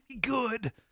good